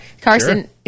Carson